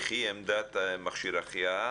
וכי עמדת מכשיר החייאה